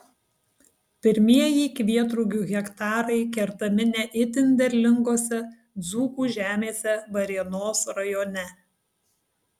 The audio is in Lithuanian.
pirmieji kvietrugių hektarai kertami ne itin derlingose dzūkų žemėse varėnos rajone